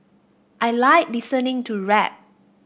I like listening to rap